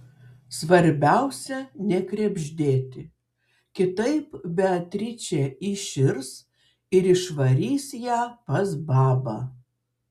svarbiausia nekrebždėti kitaip beatričė įširs ir išvarys ją pas babą